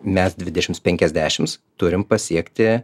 mes dvidešimt penkiasdešimt turim pasiekti